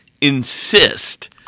insist